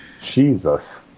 Jesus